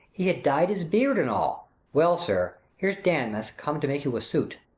he had dyed his beard and all. well, sir. here's damask come to make you a suit.